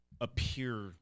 appear